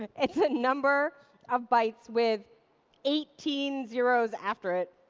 it's a number of bytes with eighteen zeros after it.